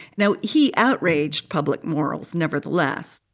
now, he outraged public morals nevertheless,